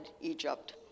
Egypt